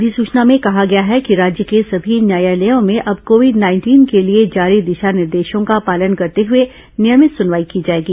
अधिसूचना में कहा गया है कि राज्य के सभी न्यायालयों में अब कोविड नाइंटीन के लिए जारी दिशा निर्देशों का पालन करते हुए नियमित सुनवाई की जाएगी